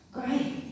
Great